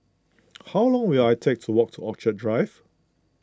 how long will I take to walk to Orchid Drive